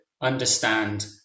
understand